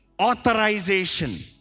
authorization